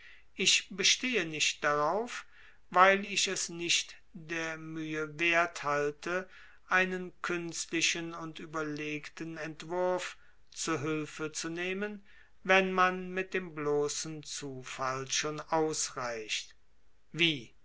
ich bestehe nicht darauf weil ich es nicht der mühe wert halte einen künstlichen und überlegten entwurf zu hülfe zu nehmen wo man mit dem bloßen zufall schon ausreicht wie